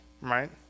right